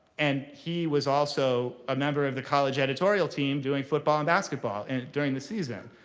and he was also a member of the college editorial team doing football and basketball and during the season.